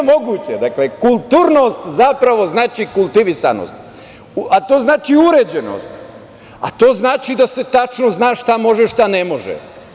Dakle, kulturnost zapravo znači kultivisanost, a to znači uređenost, a to znači da se tačno zna šta može, šta ne može.